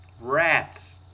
Rats